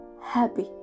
happy